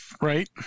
Right